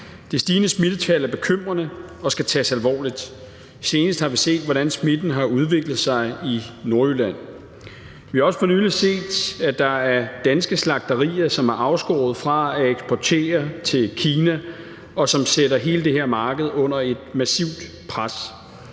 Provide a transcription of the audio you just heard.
Det stigende smittetal er bekymrende og skal tages alvorligt. Senest har vi set, hvordan smitten har udviklet sig i Nordjylland. Vi har også for nylig set, at der er danske slagterier, som er afskåret fra at eksportere til Kina, som sætter hele det her marked under et massivt pres.